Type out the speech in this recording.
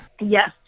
Yes